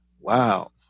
Wow